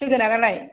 जोगोनारालाय